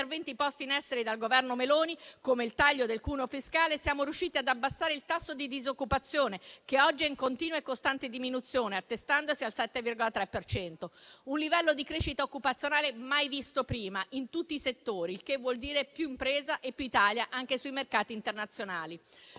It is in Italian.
posti in essere dal Governo Meloni, come il taglio del cuneo fiscale, siamo riusciti ad abbassare il tasso di disoccupazione, che oggi è in continua e costante diminuzione, attestandosi al 7,3 per cento. Un livello di crescita occupazionale mai visto prima in tutti i settori, il che vuol dire più impresa e più Italia anche sui mercati internazionali.